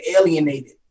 alienated